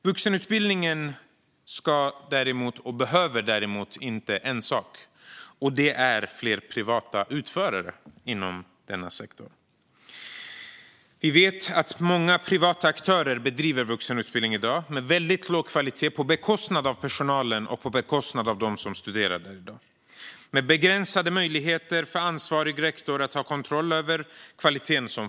Vuxenutbildningen behöver däremot inte en sak, och det är fler privata utförare inom denna sektor. Vi vet att många privata aktörer i dag bedriver vuxenutbildning med väldigt låg kvalitet och på bekostnad av personalen och de som studerar där och med begränsade möjligheter för ansvarig rektor att ha kontroll över kvaliteten.